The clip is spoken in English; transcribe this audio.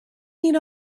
need